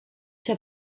see